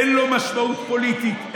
אין לו משמעות פוליטית,